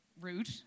Rude